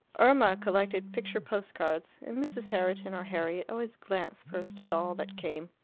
irma collected picture post-cards, and mrs. herriton or harriet always glanced first at all that came,